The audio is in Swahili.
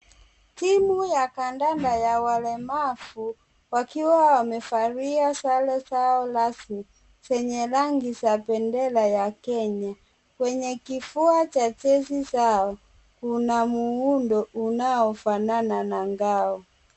Timu ya kandanda ya walemavu wakiwa wamevalia sare zao rasmi, zenye rangi za bendera ya Kenya. Kwenye kifua cha jezi zao kuna muundo unaofanana na ngao.